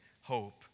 hope